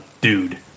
dude